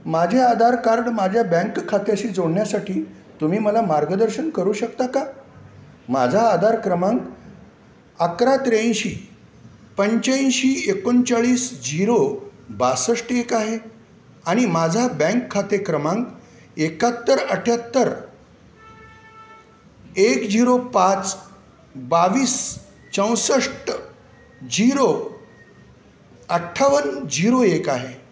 माझे आधार कार्ड माझ्या बँक खात्याशी जोडण्यासाठी तुम्ही मला मार्गदर्शन करू शकता का माझा आधार क्रमांक अकरा त्र्याऐंशी पंच्याऐंशी एकोणचाळीस झिरो बासष्ट एक आहे आणि माझा बँक खाते क्रमांक एकाहत्तर अठ्याहत्तर एक झिरो पाच बावीस चौसष्ट झिरो अठ्ठावन्न झिरो एक आहे